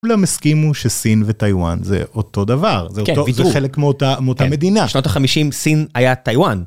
כולם הסכימו שסין וטיוואן זה אותו דבר, זה חלק מאותה מדינה, בשנות ה-50 סין היה טיוואן.